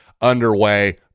underway